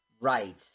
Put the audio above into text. Right